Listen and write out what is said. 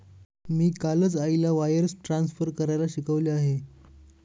मी कालच आईला wires transfer करायला शिकवले आहे